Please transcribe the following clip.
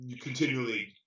continually